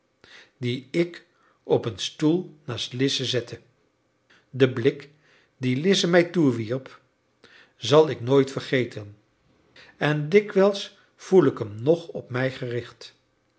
die ik op een stoel naast lize zette de blik dien lize mij toewierp zal ik nooit vergeten en dikwijls voel ik hem nog op mij gericht